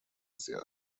زیاد